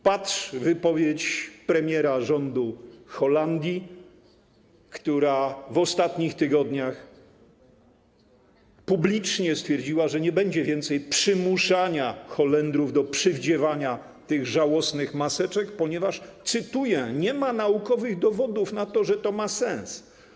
Patrz: wypowiedź premiera rządu Holandii, gdzie w ostatnich tygodniach publicznie stwierdzono, że nie będzie więcej przymuszania Holendrów do przywdziewania tych żałosnych maseczek, ponieważ - cytuję - nie ma naukowych dowodów na to, że to ma sens.